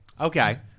okay